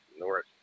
North